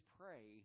pray